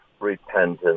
repentance